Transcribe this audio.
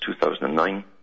2009